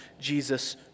Jesus